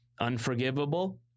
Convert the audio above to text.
unforgivable